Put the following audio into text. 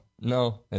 no